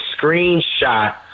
screenshot